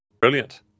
brilliant